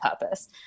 purpose